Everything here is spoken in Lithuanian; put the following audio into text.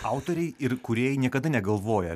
autoriai ir kūrėjai niekada negalvoja